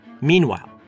Meanwhile